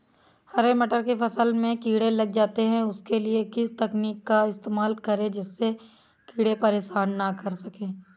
हरे मटर की फसल में कीड़े लग जाते हैं उसके लिए किस तकनीक का इस्तेमाल करें जिससे कीड़े परेशान ना कर सके?